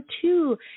two